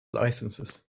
licenses